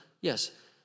Yes